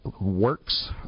works